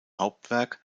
hauptwerk